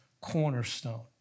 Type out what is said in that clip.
cornerstone